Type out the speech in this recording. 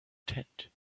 tent